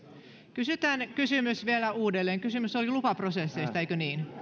kysytään kysymys vielä uudelleen kysymys oli lupaprosesseista eikö niin